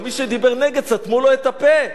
גם מי שדיבר נגד, סתמו לו את הפה,